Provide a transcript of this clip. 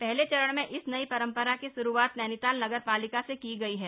पहले चरण में इस नई परंपरा की श्रुआत नैनीताल नगरपालिका से की गयी है